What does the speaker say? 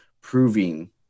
proving